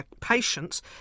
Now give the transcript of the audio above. patients